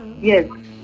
Yes